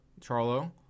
Charlo